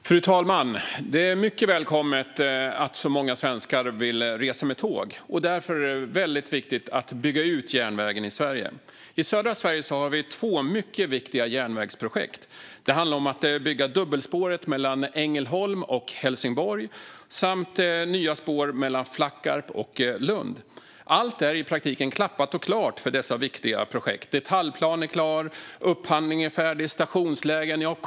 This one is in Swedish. Fru talman! Det är mycket välkommet att så många svenskar vill resa med tåg. Därför är det mycket viktigt att bygga ut järnvägen i Sverige. I södra Sverige har vi två mycket viktiga järnvägsprojekt. Det handlar om att bygga dubbelspåret mellan Ängelholm och Helsingborg samt nya spår mellan Flackarp och Lund. Allt är i praktiken klappat och klart för dessa viktiga projekt. Detaljplan är klar, upphandling är färdig, stationslägen är klara.